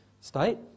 state